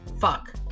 fuck